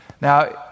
Now